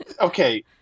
okay